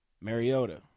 Mariota